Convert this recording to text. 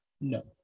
no